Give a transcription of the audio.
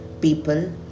people